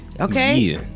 Okay